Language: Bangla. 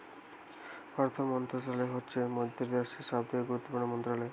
অর্থ মন্ত্রণালয় হচ্ছে মোদের দ্যাশের সবথেকে গুরুত্বপূর্ণ মন্ত্রণালয়